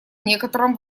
некотором